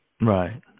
Right